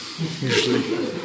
usually